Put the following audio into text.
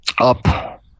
Up